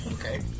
Okay